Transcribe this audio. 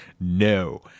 no